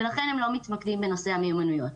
ולכן הם לא מתמקדים בנושא המיומנויות.